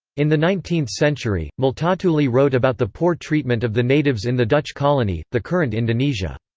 in the nineteenth century, multatuli wrote about the poor treatment of the natives in the dutch colony, the current indonesia.